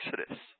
Exodus